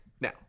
Now